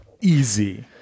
easy